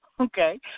Okay